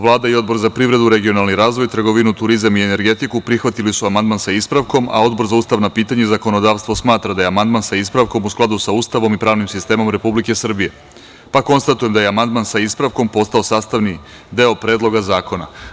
Vlada i Odbor za privredu, regionalni razvoj, trgovinu, turizam i energetiku, prihvatili su amandman sa ispravkom, a Odbor za ustavna pitanja i zakonodavstvo, smatra da je amandman sa ispravkom u skladu sa Ustavom i pravnim sistemom Republike Srbije, pa konstatujem da je amandman sa ispravkom postao sastavni deo Predloga zakona.